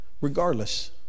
regardless